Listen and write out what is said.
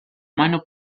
minor